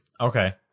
Okay